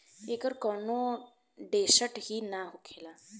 एकर कौनो टेसट ही ना होखेला